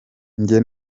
njye